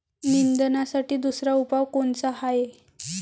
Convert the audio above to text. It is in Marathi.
निंदनासाठी दुसरा उपाव कोनचा हाये?